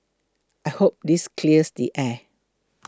I hope this clears the air